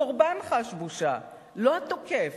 הקורבן חש בושה, לא התוקף.